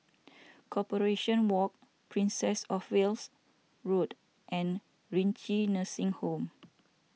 Corporation Walk Princess of Wales Road and Renci Nursing Home